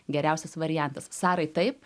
geriausias variantas sarai taip